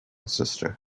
sister